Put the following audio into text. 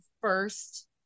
first